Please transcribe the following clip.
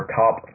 top